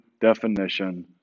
definition